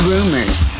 Rumors